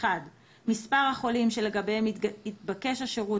1.מספר החולים שלגביהם התבקש השירות